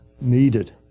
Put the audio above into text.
needed